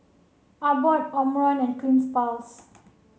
Abbott Omron and Cleanz plus